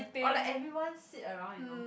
or like everyone sit around you know